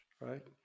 right